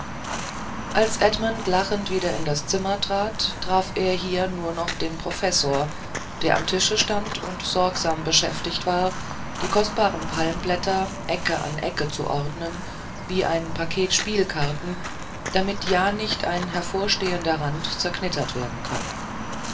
als edmund lachend wieder in das zimmer trat traf er hier nur noch den professor der am tische stand und sorgsam beschäftigt war die kostbaren palmblätter ecke an ecke zu ordnen wie ein paket spielkarten damit ja nicht ein hervorstehender rand zerknittert werden könne